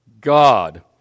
God